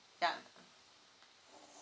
yeah